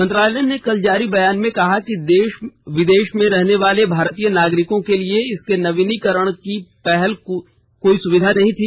मंत्रालय ने कल जारी बयान में कहा है कि विदेश में रहने वाले भारतीय नागरिकों के लिए इसके नवीनीकरण की पहले कोई सुविधा नहीं थी